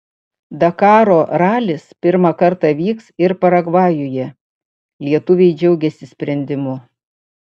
dakaro ralis pirmą kartą vyks ir paragvajuje lietuviai džiaugiasi sprendimu